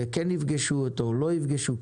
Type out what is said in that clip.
וכן יפגשו אותו, לא יפגשו?